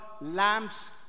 lamps